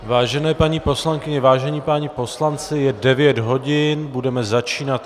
Vážené paní poslankyně, vážení páni poslanci, je devět hodin, budeme začínat.